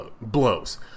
blows